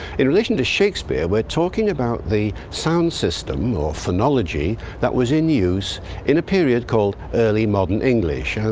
in relation to shakespeare, we're talking about the sound system or phonology that was in use in a period called early modern english,